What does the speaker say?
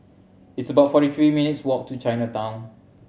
it's about forty three minutes' walk to Chinatown